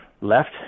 left